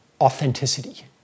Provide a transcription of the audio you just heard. authenticity